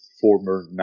former